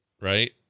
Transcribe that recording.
Right